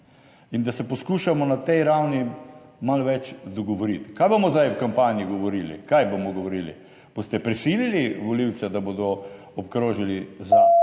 in da se poskušamo na tej ravni malo več dogovoriti. Kaj bomo zdaj v kampanji govorili, kaj bomo govorili? Boste prisilili volivce, da bodo obkrožili za?